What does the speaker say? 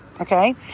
okay